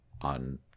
on